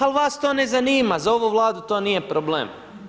Al vas to ne zanima, za ovu Vladu to nije problem.